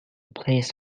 placed